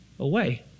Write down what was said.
Away